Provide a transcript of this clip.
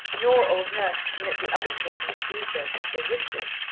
nor old nurse permit the other children to do so, had they wished it.